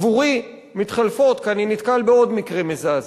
עבורי מתחלפות, כי אני נתקל בעוד מקרה מזעזע.